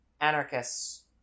anarchists